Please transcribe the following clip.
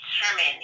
determine